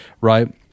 right